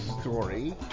story